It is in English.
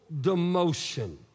demotion